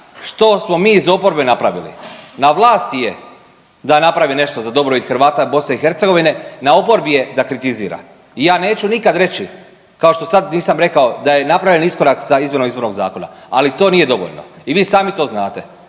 što smo mi iz oporbe napravili. Na vlasti je da napravi nešto za dobrobit Hrvata BiH, na oporbi je da kritizira. I ja neću nikada reći kao što sad nisam rekao da je napravljen iskorak sa izmjenom izbornog zakona, ali to nije dovoljno i vi sami to znate.